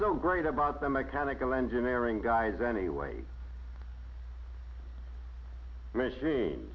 so great about the mechanical engineering guys anyway machine